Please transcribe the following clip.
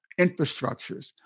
infrastructures